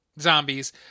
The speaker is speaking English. zombies